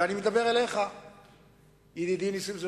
ואני מדבר על ידידי נסים זאב,